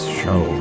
show